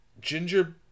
Ginger